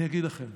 אני אגיד לכם: